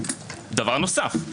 בנוסף,